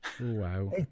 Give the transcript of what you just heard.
Wow